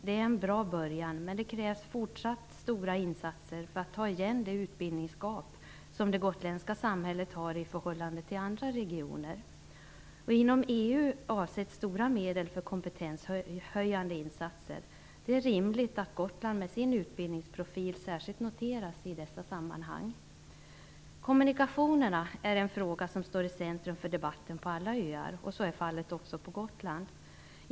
Det är en bra början, men det krävs fortsatt stora insatser för att minska det utbildningsgap som det gotländska samhället har i förhållande till andra regioner. Inom EU avsätts stora medel för kompetenshöjande insatser. Det är rimligt att Gotland med sin utbildningsprofil särskilt noteras i dessa sammanhang. Kommunikationerna är en fråga som står i centrum för debatten på alla öar. Så är fallet också på Gotland.